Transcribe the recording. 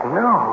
no